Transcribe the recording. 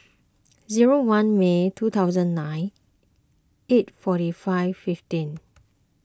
zero one May two thousand nine eight forty five fifteen